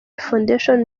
foundation